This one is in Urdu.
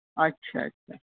اچھا اچھا